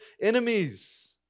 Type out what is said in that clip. enemies